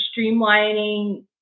streamlining